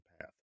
path